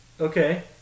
Okay